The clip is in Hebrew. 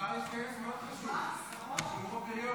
מחר יש כנס מאוד חשוב, על שימור הפריון.